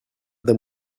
them